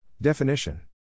Definition